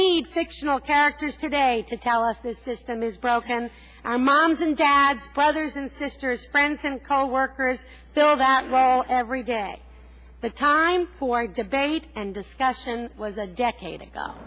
need fictional characters today to tell us the system is broken and our moms and dads brothers and sisters friends and coworkers fill that role every day the time for debate and discussion was a decade ago